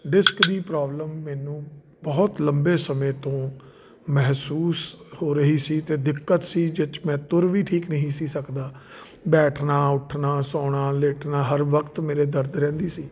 disc ਦੀ problem ਮੈਨੂੰ ਬਹੁਤ ਲੰਬੇ ਸਮੇਂ ਤੋਂ ਮਹਿਸੂਸ ਹੋ ਰਹੀ ਸੀ ਅਤੇ ਦਿੱਕਤ ਸੀ ਜਿਸ 'ਚ ਮੈਂ ਤੁਰ ਵੀ ਠੀਕ ਨਹੀਂ ਸੀ ਸਕਦਾ ਬੈਠਣਾ ਉੱਠਣਾ ਸੌਣਾ ਲੇਟਣਾ ਹਰ ਵਕਤ ਮੇਰੇ ਦਰਦ ਰਹਿੰਦੀ ਸੀ